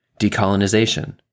Decolonization